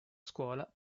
scuola